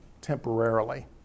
temporarily